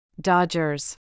Dodgers